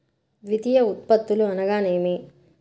ద్వితీయ ఉత్పత్తులు అనగా నేమి?